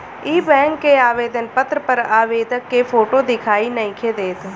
इ बैक के आवेदन पत्र पर आवेदक के फोटो दिखाई नइखे देत